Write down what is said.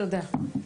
תודה.